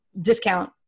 discount